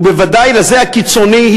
ובוודאי לזה הקיצוני,